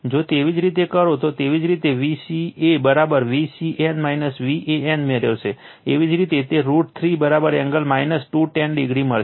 જો તેવી જ રીતે કરો તો તેવી જ રીતે તે Vca Vcn Van મેળવશે એવી જ રીતે રૂટ 3 એંગલ 210o મળશે